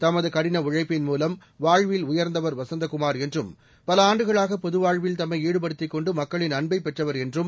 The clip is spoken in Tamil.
தமது கடின உழைப்பின் மூலம் வாழ்வில் உயர்ந்தவர் வசந்தகுமார் என்றும் பல ஆண்டுகளாக பொதுவாழ்வில் தம்மை ஈடுபடுத்திக் கொண்டு மக்களின் அன்பை பெற்றவர் என்றும்